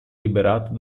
liberato